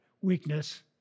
weakness